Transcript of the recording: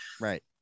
Right